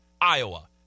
Iowa